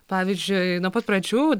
pavyzdžiui nuo pat pradžių